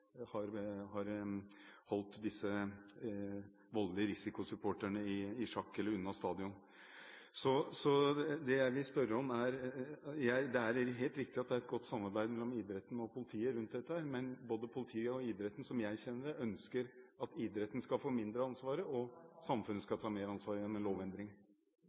holdt de voldelige risikosupporterne i sjakk eller unna stadion. Til det jeg vil spørre om. Det er helt riktig at det er et godt samarbeid mellom idretten og politiet om dette, men både politiet og idretten, slik jeg kjenner det, ønsker at idretten skal få mindre ansvar, og at samfunnet skal ta mer ansvar gjennom en lovendring.